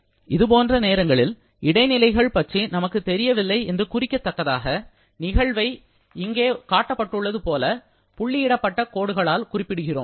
இதுபோன்ற நேரங்களில் இடைநிலைகள் பற்றி நமக்குத் தெரியவில்லை என்று குறிக்கதக்கதாக நிகழ்வை இங்கே காட்டப்பட்டுள்ளது போல புள்ளியிடப்பட்ட கோடுகளால் குறிப்பிடுகிறோம்